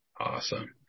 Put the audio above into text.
Awesome